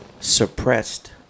suppressed